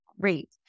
great